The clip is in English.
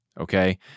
okay